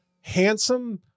handsome